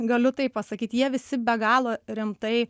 galiu tai pasakyt jie visi be galo rimtai